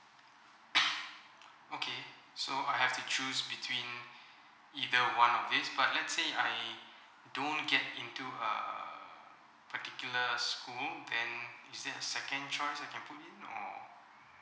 okay so I have to choose between either one of these but let say I don't get into uh particular school then is there a second choice I can put in or